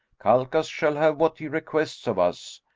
calchas shall have what he requests of us.